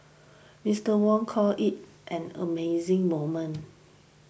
Mister Wong called it an amazing moment